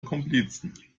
komplizen